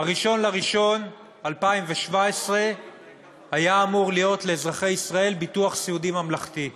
ב-1 בינואר 2017 היה אמור להיות לאזרחי ישראל ביטוח סיעודי ממלכתי.